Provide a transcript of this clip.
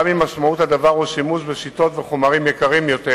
גם אם משמעות הדבר היא שימוש בשיטות ובחומרים יקרים יותר,